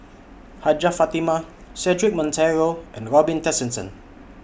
Hajjah Fatimah Cedric Monteiro and Robin Tessensohn